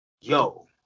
yo